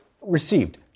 received